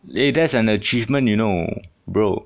then there's an achievement you know bro